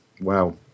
Wow